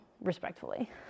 respectfully